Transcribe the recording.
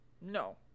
No